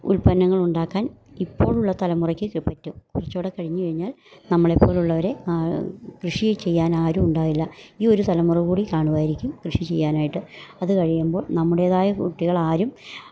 ഉൽപ്പന്നങ്ങളുണ്ടാക്കാൻ ഇപ്പോഴുള്ള തലമുറയ്ക്ക് പറ്റും കുറച്ചൂടെ കഴിഞ്ഞ് കഴിഞ്ഞാൽ നമ്മളെപ്പോലുള്ളവരെ കൃഷി ചെയ്യാനാരുണ്ടാവില്ല ഈ ഒരു തലമുറ കൂടി കാണുവായിരിക്കും കൃഷി ചെയ്യാനായിട്ട് അത് കഴിയുമ്പോൾ നമ്മുടേതായ കുട്ടികളാരും